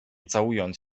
całując